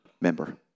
member